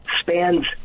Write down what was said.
spans